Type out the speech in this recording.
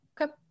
Okay